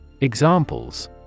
Examples